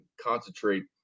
concentrate